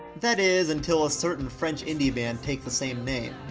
that is, until a certain french indie band takes the same name.